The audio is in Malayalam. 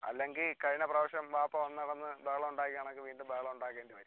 അല്ലെങ്കിൽ കഴിഞ്ഞ പ്രാവശ്യം ബാപ്പ വന്ന് കിടന്ന് ബഹളം ഉണ്ടാക്കിയ കണക്ക് വീണ്ടും ബഹളം ഉണ്ടാക്കേണ്ടി വരും